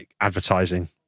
advertising